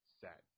set